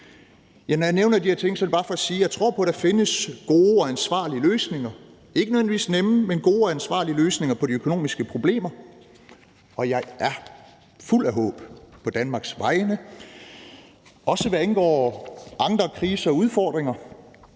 nemme løsninger, men gode og ansvarlige løsninger på de økonomiske problemer, og jeg er fuld af håb på Danmarks vegne, også hvad angår andre kriser og udfordringer.